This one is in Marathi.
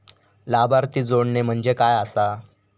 लाभार्थी जोडणे म्हणजे काय आसा?